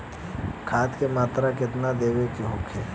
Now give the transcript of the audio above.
खाध के मात्रा केतना देवे के होखे?